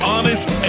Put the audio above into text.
Honest